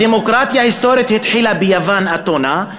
הדמוקרטיה ההיסטורית התחילה ביוון, אתונה.